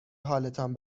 حالتان